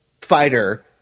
fighter